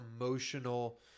emotional